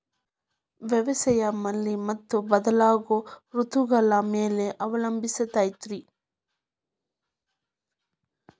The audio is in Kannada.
ವ್ಯವಸಾಯ ಮಳಿ ಮತ್ತು ಬದಲಾಗೋ ಋತುಗಳ ಮ್ಯಾಲೆ ಅವಲಂಬಿಸೈತ್ರಿ